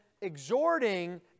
exhorting